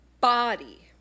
body